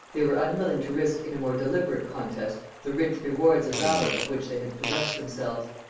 they were unwilling to risk in a more deliberate contest the rich rewards of valor of which they had possessed themselves.